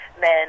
men